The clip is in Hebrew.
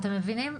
אתם מבינים?